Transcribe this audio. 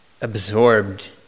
absorbed